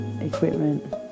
equipment